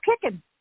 kicking